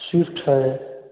Swift है